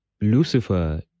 Lucifer